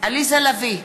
עליזה לביא,